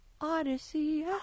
Odyssey